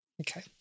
Okay